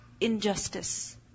injustice